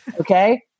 Okay